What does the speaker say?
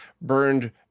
burned